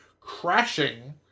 crashing